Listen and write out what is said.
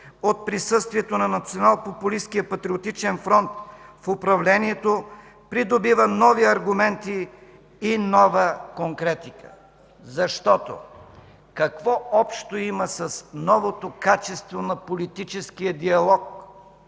Патриотичен фронт в управлението придобива нови аргументи и нова конкретика! Какво общо има с новото качество на политическия диалог,